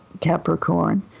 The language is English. Capricorn